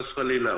חס וחלילה,